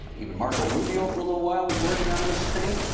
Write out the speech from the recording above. even marco rubio for a little while was working on this thing.